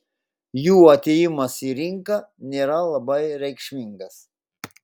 jų atėjimas į rinką nėra labai reikšmingas